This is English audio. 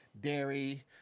dairy